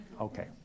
Okay